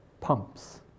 pumps